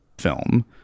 film